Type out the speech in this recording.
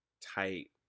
tight